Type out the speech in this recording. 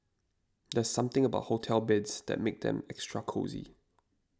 there's something about hotel beds that makes them extra cosy